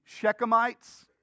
Shechemites